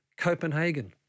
Copenhagen